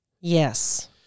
Yes